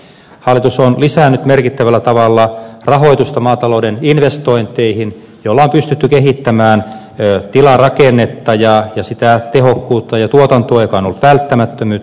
hallitus on lisännyt merkittävällä tavalla rahoitusta maatalouden investointeihin joilla on pystytty kehittämään tilarakennetta ja sitä tehokkuutta ja tuotantoa mikä on ollut välttämättömyys